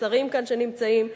מהשרים שנמצאים כאן,